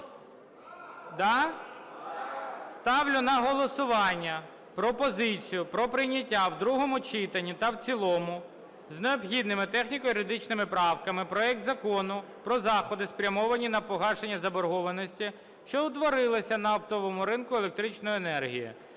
Ставлю на голосування пропозицію про прийняття в другому читанні та в цілому з необхідними техніко-юридичними правками проект Закону про заходи, спрямовані на погашення заборгованості, що утворилася на оптовому ринку електричної енергії